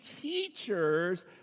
teachers